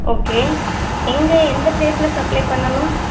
okay எங்கே எந்த பிளேஸில் சப்ளே பண்ணணும்